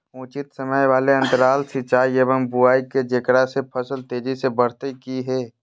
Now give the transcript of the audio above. उचित समय वाले अंतराल सिंचाई एवं बुआई के जेकरा से फसल तेजी से बढ़तै कि हेय?